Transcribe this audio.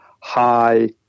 high